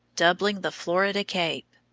doubling the florida cape.